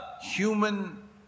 Human